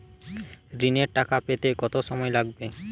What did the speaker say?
ঋণের টাকা পেতে কত সময় লাগবে?